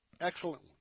excellent